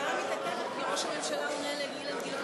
ההצבעה מתעכבת כי ראש הממשלה עונה לאילן גילאון